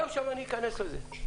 גם שם אני אכנס לזה.